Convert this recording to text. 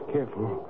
Careful